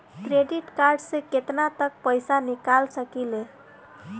Credit card से केतना तक पइसा निकाल सकिले?